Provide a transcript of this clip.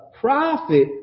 prophet